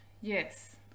Yes